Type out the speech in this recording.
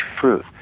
truth